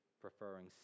preferring